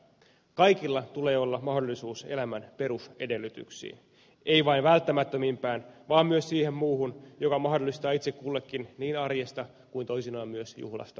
kaikilla tulee olla mahdollisuus elämän perusedellytyksiin ei vain välttämättömimpään vaan myös siihen muuhun joka mahdollistaa itse kullekin niin arjesta kuin toisinaan myös juhlasta nauttimisen